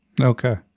okay